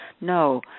no